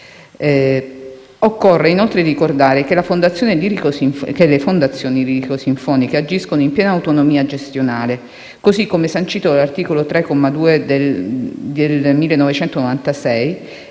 Occorre, inoltre, ricordare che le fondazioni lirico-sinfoniche agiscono in piena autonomia gestionale, così come sancito nell'articolo 3, comma 2,